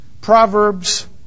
Proverbs